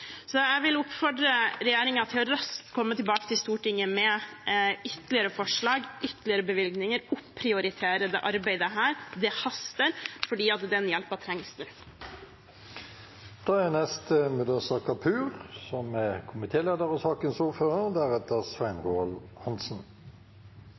Jeg vil oppfordre regjeringen til raskt å komme tilbake til Stortinget med ytterligere forslag, ytterligere bevilgninger, opprioritere dette arbeidet. Det haster, for den hjelpen trengs